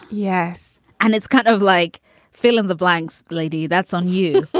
yes. and it's kind of like fill in the blanks. glady, that's on you.